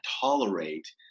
tolerate